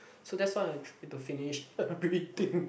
so that's why I try to finish everything